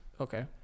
Okay